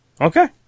Okay